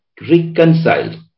reconciled